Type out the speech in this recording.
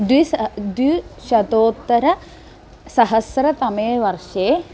द्विसहस्रं द्विशतोत्तरसहस्रतमे वर्षे